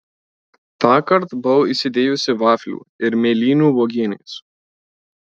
tąkart buvau įsidėjusi vaflių ir mėlynių uogienės